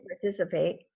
participate